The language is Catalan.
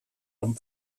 amb